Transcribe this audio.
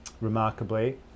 remarkably